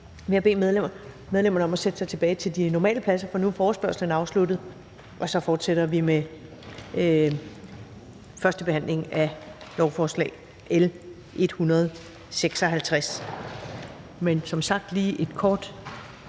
vil jeg bede medlemmerne om at sætte sig tilbage til de normale pladser, for nu er forespørgslen afsluttet. Og så fortsætter vi med første behandling af lovforslag L 156.